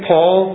Paul